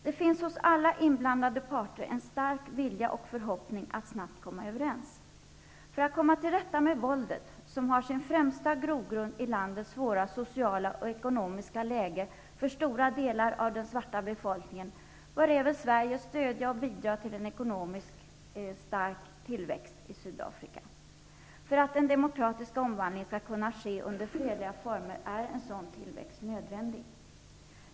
Det finns hos alla inblandade parter en stark vilja och en förhoppning om att snabbt komma överens. För att komma till rätta med våldet, som har sin främsta grogrund i landets svåra sociala och ekonomiska läge för stora delar av den svarta befolkningen, bör även Sverige stödja och bidra till en ekonomisk stark tillväxt i Sydafrika. För att den demokratiska omvandlingen skall kunna ske under fredliga former är en sådan tillväxt nödvändig.